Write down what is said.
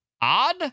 odd